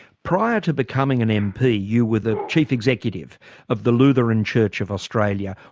prior to becoming an mp you were the chief executive of the lutheran church of australia.